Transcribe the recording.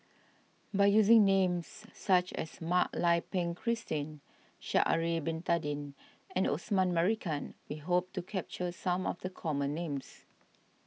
by using names such as Mak Lai Peng Christine Sha'ari Bin Tadin and Osman Merican we hope to capture some of the common names